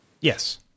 Yes